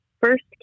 First